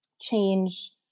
change